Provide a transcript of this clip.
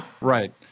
Right